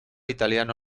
italiano